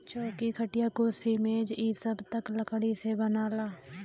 चौकी, खटिया, कुर्सी मेज इ सब त लकड़ी से बनला